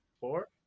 four